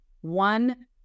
one